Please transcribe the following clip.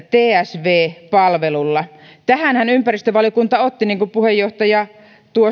tsv palvelulla tähänhän ympäristövaliokunta otti niin kuin puheenjohtaja